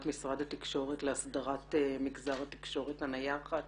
משרד התקשורת להסדרת מגזר התקשורת הנייחת,